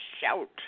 shout